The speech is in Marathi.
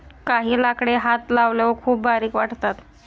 काही लाकडे हात लावल्यावर खूप बारीक वाटतात